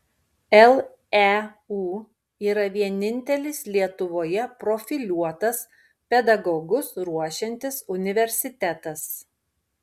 leu yra vienintelis lietuvoje profiliuotas pedagogus ruošiantis universitetas